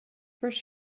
first